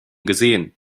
gesehen